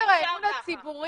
במסעדה בירושלים